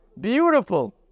beautiful